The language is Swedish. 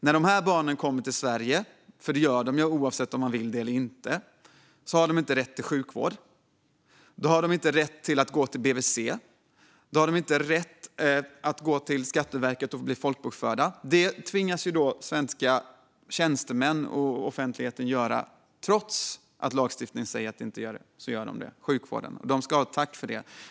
När dessa barn kommer till Sverige - det gör de ju antingen man vill det eller inte - har de inte rätt till sjukvård. De har inte rätt att gå till BVC. De har inte rätt att bli folkbokförda av Skatteverket. Det tvingas då svenska tjänstemän och offentligheten göra trots att lagstiftningen säger att det inte går. Det är likadant med sjukvården. De ska ha tack för det.